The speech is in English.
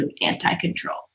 anti-control